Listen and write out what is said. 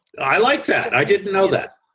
i like that. i didn't know that.